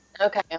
Okay